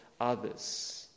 others